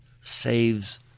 saves